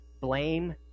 Blame